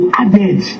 added